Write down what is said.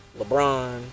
LeBron